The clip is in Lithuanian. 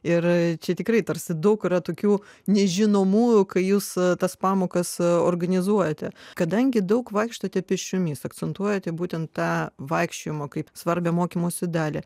ir čia tikrai tarsi daug yra tokių nežinomųjų kai jūs tas pamokas organizuojate kadangi daug vaikštote pėsčiomis akcentuojate būtent tą vaikščiojimą kaip svarbią mokymosi dalį